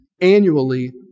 annually